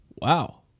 Wow